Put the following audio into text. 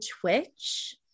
Twitch